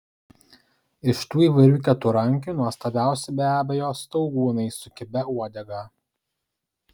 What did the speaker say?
iš tų įvairių keturrankių nuostabiausi be abejo staugūnai su kibia uodega